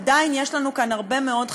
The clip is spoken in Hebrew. עדיין יש לנו כאן הרבה מאוד חששות.